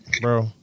bro